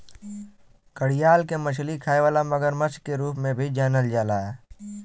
घड़ियाल के मछली खाए वाला मगरमच्छ के रूप में भी जानल जाला